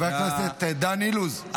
חבר הכנסת דן אילוז,